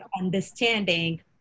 understanding